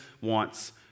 wants